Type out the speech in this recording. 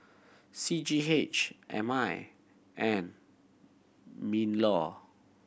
C G H M I and MinLaw